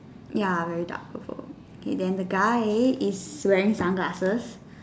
ya very dark purple okay then the guy is wearing sunglasses